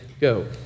Go